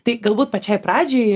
tai galbūt pačiai pradžiai